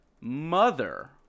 Mother